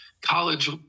college